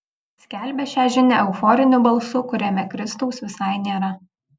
skelbia šią žinią euforiniu balsu kuriame kristaus visai nėra